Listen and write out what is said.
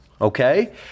okay